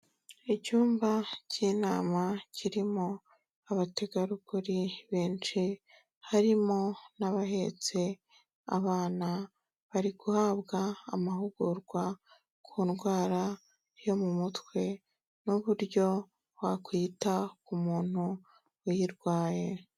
Icyumba k'inama kirimo abategarugori benshi harimo n'abahetse abana, bari guhabwa amahugurwa ku ndwara yo mu mutwe n'uburyo wakwita ku muntu uyirwaye.